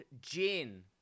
Gin